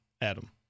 Adam